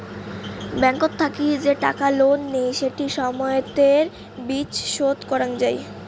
ব্যাংকত থাকি যে টাকা লোন নেই সেটি সময়তের বিচ শোধ করং যাই